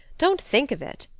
don't think of it.